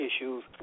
issues